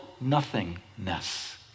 nothingness